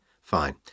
Fine